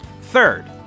Third